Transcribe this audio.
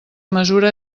mesura